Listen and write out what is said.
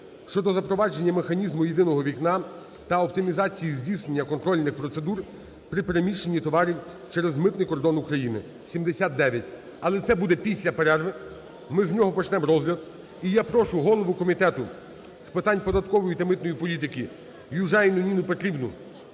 щодо запровадження механізму "єдиного вікна" та оптимізації здійснення контрольних процедур при переміщенні товарів через митний кордон України (7009). Але це буде після перерви, ми з нього почнемо розгляд. І я прошу голову Комітету з питань податкової та митної політики Южаніну Ніну Петрівну